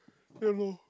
ya lor